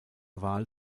wahl